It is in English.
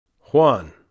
Juan